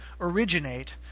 originate